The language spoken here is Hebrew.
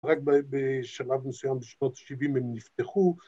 רק בשלב מסוים בשנות שבעים הם נפתחו